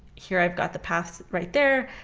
here i've got the paths right there.